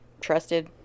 trusted